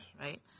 Right